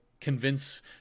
convince